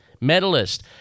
medalist